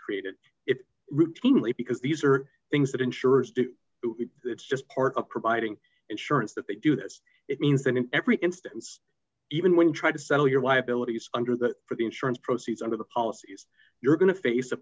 created it routinely because these are things that insurers do it's just part of providing insurance that they do this it means that in every instance even when trying to sell your why abilities under that for the insurance proceeds under the policies you're going to face